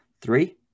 three